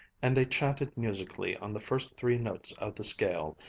and they chanted musically on the first three notes of the scale,